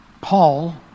Paul